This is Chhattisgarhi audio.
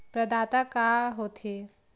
प्रदाता का हो थे?